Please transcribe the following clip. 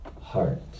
heart